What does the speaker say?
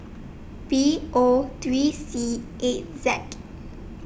B O three C eight Z